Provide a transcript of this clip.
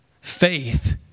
Faith